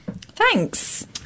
Thanks